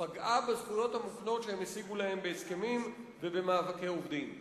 פגעה בזכויות המובנות שהם השיגו להם בהסכמים ובמאבקי עובדים.